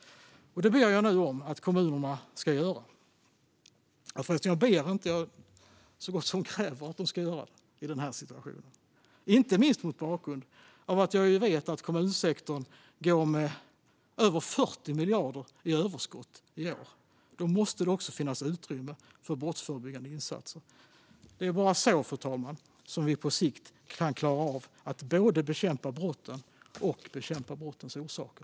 Det ber jag nu om att kommunerna ska göra. Jag ber förresten inte - jag så gott som kräver att de gör det i den här situationen, inte minst mot bakgrund av att jag vet att kommunsektorn går med över 40 miljarder i överskott i år. Då måste det finnas utrymme för brottsförebyggande insatser. Det är bara så, fru talman, vi på sikt kan klara av både att bekämpa brotten och att bekämpa brottens orsaker.